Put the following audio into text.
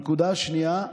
הנקודה השנייה,